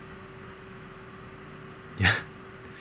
yeah